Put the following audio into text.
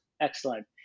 Excellent